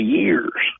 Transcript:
years